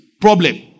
problem